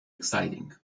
exciting